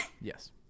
yes